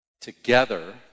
together